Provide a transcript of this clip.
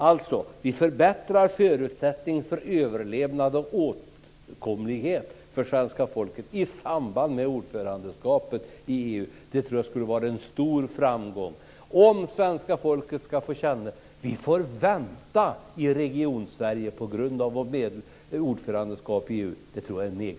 En förbättring av förutsättningen för överlevnad och åtkomlighet för svenska folket i samband med ordförandeskapet i EU tror jag skulle vara en stor framgång. Jag tror att det är negativt om svenska folket får känna att Region-Sverige får vänta på grund av vårt ordförandeskap i EU.